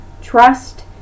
trust